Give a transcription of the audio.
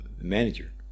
manager